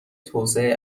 توسعه